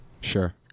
Sure